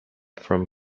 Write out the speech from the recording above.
from